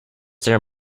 there